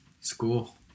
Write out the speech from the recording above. school